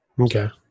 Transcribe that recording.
Okay